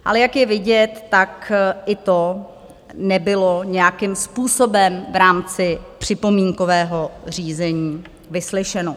Ale jak je vidět, tak i to nebylo nějakým způsobem v rámci připomínkového řízení vyslyšeno.